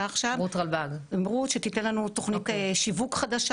עכשיו רות שתיתן לנו תוכנית שיווק חדשה,